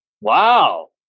Wow